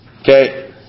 Okay